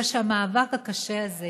אלא שהמאבק הקשה הזה